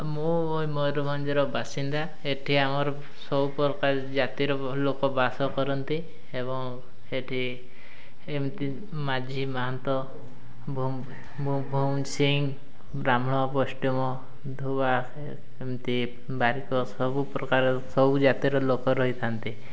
ମୁଁ ମୟୂରଭଞ୍ଜର ବାସିନ୍ଦା ଏଠି ଆମର ସବୁପ୍ରକାର ଜାତିର ଲୋକ ବାସ କରନ୍ତି ଏବଂ ଏଠି ଏମିତି ମାଝି ମହାନ୍ତ ସିଂ ବ୍ରାହ୍ମଣ ବୈଷ୍ଣବ ଧୁବା ଏମିତି ବାରିକ ସବୁ ପ୍ରକାର ସବୁ ଜାତିର ଲୋକ ରହିଥାନ୍ତି